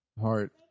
heart